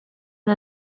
and